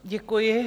Děkuji.